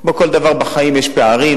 כמו כל דבר בחיים יש פערים,